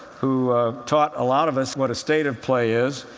who taught a lot of us what a state of play is,